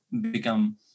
become